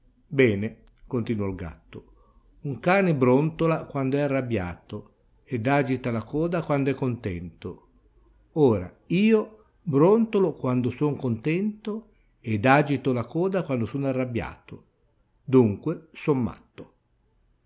bene continuò il gatto un cane brontola quando è arrabbiato ed agita la coda quando è contento ora io brontolo quando son contento ed agito la coda quando sono arrabbiato dunque